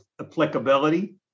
applicability